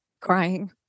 crying